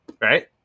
Right